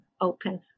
open